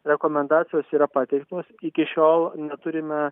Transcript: rekomendacijos yra pateiktos iki šiol neturime